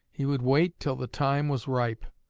he would wait till the time was ripe,